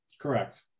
Correct